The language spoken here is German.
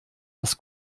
was